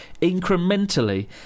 incrementally